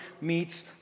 meets